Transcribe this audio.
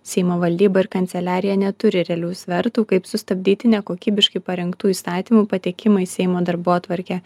seimo valdyba ir kanceliarija neturi realių svertų kaip sustabdyti nekokybiškai parengtų įstatymų patekimą į seimo darbotvarkę